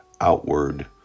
outward